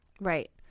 Right